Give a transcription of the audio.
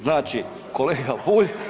Znači kolega Bulj